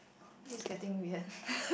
this is getting weird